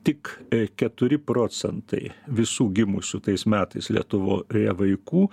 tik keturi procentai visų gimusių tais metais lietuvoje vaikų